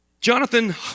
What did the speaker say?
Jonathan